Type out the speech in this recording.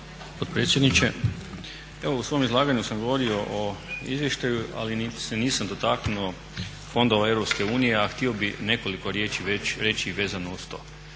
u svom izlaganju sam govorio o izvještaju ali se nisam dotaknuo fondova Europske unije a htio bih nekoliko riječi reći vezano uz to.